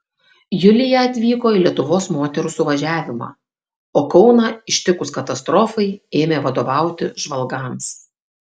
julija atvyko į lietuvos moterų suvažiavimą o kauną ištikus katastrofai ėmė vadovauti žvalgams